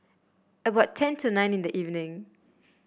about ten to nine in the evening